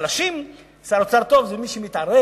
החלשים, שר אוצר טוב זה מי שמתערב